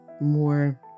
more